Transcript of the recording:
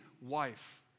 wife